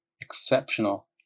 exceptional